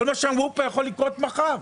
כל מה שאמרו פה יכול לקרות מחר.